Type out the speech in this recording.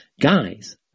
Guys